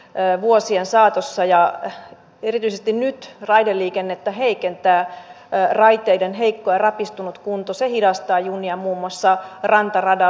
ne vuosien saatossa ja erityisesti nyt raideliikennettä heikentää yksi niistä on komission asedirektiiviehdotus jossa esitetään muun muassa rantaradan